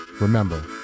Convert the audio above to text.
Remember